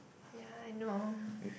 ya I know